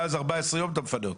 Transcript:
ואז אחרי 14 ימים אתה מפנה אותו.